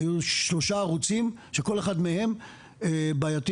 היו שלושה ערוצים שכל אחד מהם בעייתי.